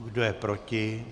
Kdo je proti?